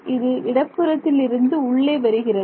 இது இடப்புறத்தில் இருந்து உள்ளே வருகிறது